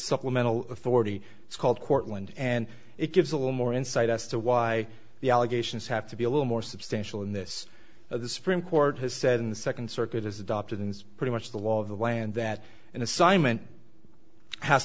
supplemental authority it's called cortland and it gives a little more insight as to why the allegations have to be a little more substantial in this the supreme court has said in the second circuit is adopted and pretty much the law of the land that an assignment has